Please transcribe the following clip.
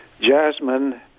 Jasmine